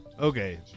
okay